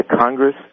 Congress